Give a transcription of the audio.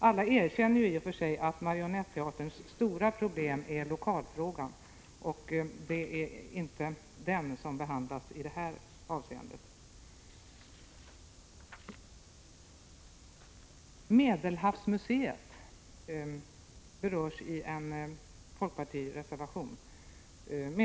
Alla erkänner i och för sig att Marionetteaterns stora problem är lokalfrågan, men det är inte den som behandlas i detta fall. Medelhavsmuseet berörs i en folkpartireservation.